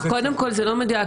קודם כל זה לא מדויק,